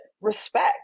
respect